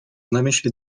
namyśle